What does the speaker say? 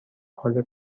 حال